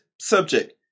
subject